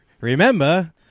Remember